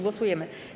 Głosujemy.